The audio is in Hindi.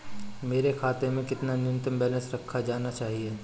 मेरे खाते में कितना न्यूनतम बैलेंस रखा जाना चाहिए?